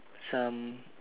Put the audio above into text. some